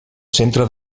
centre